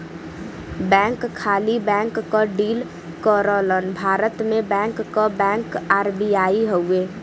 bank खाली bank क deal करलन भारत में बैंक क बैंक आर.बी.आई हउवे